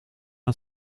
het